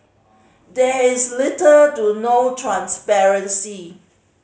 there is little to no transparency